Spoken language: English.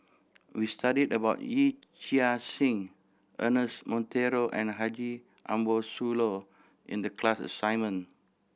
we studied about Yee Chia Hsing Ernest Monteiro and Haji Ambo Sooloh in the class assignment